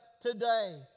today